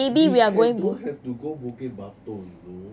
we can don't have to go bukit batok you know